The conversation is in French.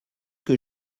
que